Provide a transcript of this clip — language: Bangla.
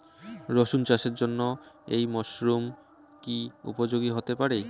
রসুন চাষের জন্য এই মরসুম কি উপযোগী হতে পারে?